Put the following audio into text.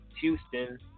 Houston